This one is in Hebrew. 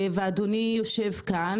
ואדוני יושב כאן,